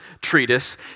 treatise